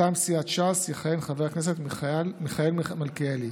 מטעם סיעת ש"ס יכהן חבר הכנסת מיכאל מלכיאלי,